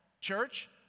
church